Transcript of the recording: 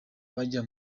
bajya